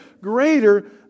greater